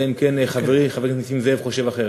אלא אם כן חברי חבר הכנסת נסים זאב חושב אחרת.